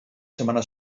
setmana